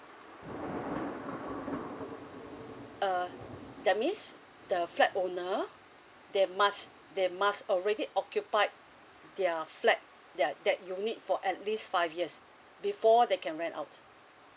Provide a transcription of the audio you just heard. uh that means the flat owner they must they must already occupied their flat their that you need for at least five years before they can rent out